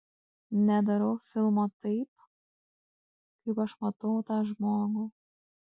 nedarau filmo taip kaip aš matau tą žmogų